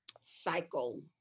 cycle